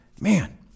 man